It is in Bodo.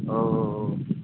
औ औ औ